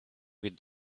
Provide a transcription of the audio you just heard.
with